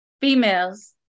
females